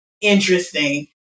interesting